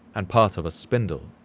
and part of a spindle.